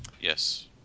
Yes